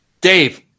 Dave